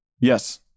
Yes